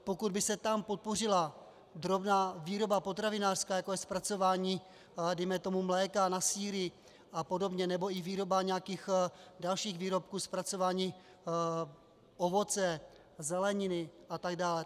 Pokud by se tam podpořila drobná výroba potravinářská, jako je zpracování dejme tomu mléka na sýry apod. nebo i výroba nějakých dalších výrobků, zpracování ovoce a zeleniny atd....